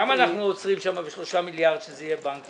למה אנחנו עוצרים שם בשלושה מיליארד שזה יהיה בנק?